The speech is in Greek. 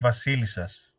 βασίλισσας